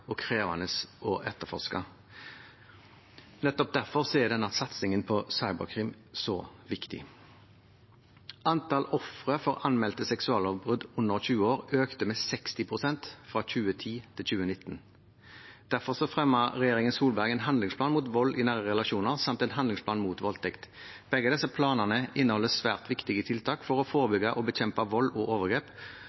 og krevende å etterforske. Nettopp derfor er denne satsingen på cyberkrim så viktig. Antall ofre for anmeldte seksuallovbrudd under 20 år økte med 60 pst. fra 2010 til 2019. Derfor fremmet regjeringen Solberg en handlingsplan mot vold i nære relasjoner samt en handlingsplan mot voldtekt. Begge disse planene inneholder svært viktige tiltak for å